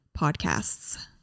podcasts